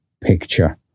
picture